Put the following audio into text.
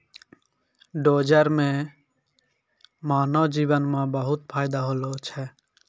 dozer सें मानव जीवन म बहुत फायदा होलो छै